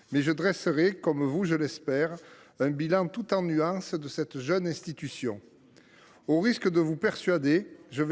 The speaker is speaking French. ! Je dresserai, comme vous, je l’espère, un bilan tout en nuances de cette jeune institution. Au risque de vous persuader, mes